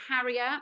Harrier